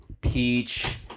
Peach